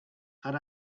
had